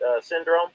syndrome